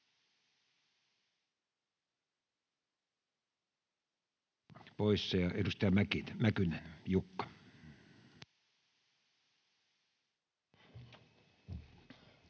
poissa. — Edustaja Mäkynen, Jukka.